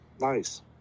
Nice